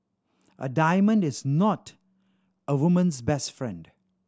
a diamond is not a woman's best friend